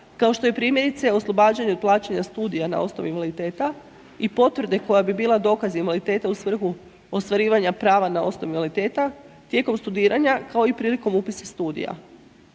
kao što je primjerice, oslobađanje od plaćanja studija na osnovi invaliditeta i potvrde koja bi bila dokaz invaliditeta u svrhu ostvarivanja prava na osnov invaliditeta, tijekom studiranja, kao i prilikom upisa studija.